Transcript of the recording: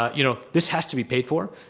ah you know, this has to be paid for.